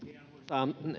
arvoisa